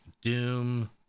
Doom